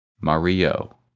Mario